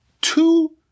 two